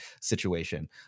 situation